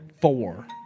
four